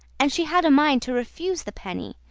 and she had a mind to refuse the penny.